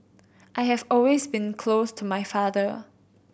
I have always been close to my father